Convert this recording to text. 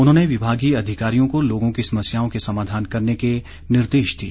उन्होंने विभागीय अधिकारियों को लोगों की समस्याओं के समाधान करने के निर्देश दिए